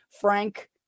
Frank